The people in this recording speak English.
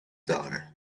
daughter